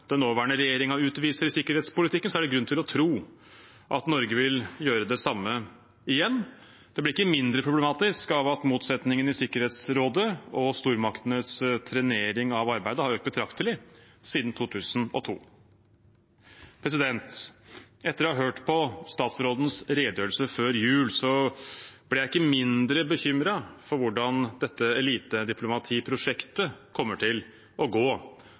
den nåværende regjeringen utviser i sikkerhetspolitikken, er det grunn til å tro at Norge vil gjøre det samme igjen, og det blir ikke mindre problematisk av at motsetningene i Sikkerhetsrådet og stormaktenes trenering av arbeidet har økt betraktelig siden 2002. Etter å ha hørt på ministerens redegjørelse før jul ble jeg ikke mindre bekymret for hvordan dette elitediplomatiprosjektet kommer til å gå.